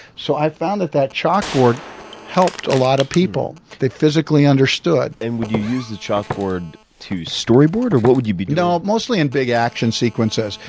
so i found that that chalkboard helped a lot of people. they physically understood. and would you use the chalkboard to storyboard? or what would you be doing? no, mostly in big action sequences,